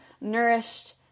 nourished